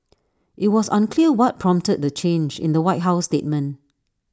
IT was unclear what prompted the change in the white house statement